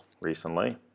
recently